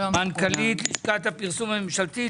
מנכ"לית לשכת הפרסום הממשלתית.